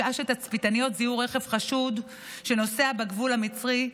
שעה שתצפיתניות זיהו רכב חשוד שנוסע בגבול המצרי,